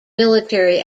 military